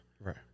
Right